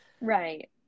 Right